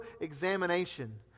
examination